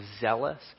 zealous